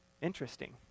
Interesting